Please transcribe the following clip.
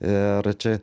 ir čia